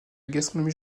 gastronomie